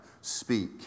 speak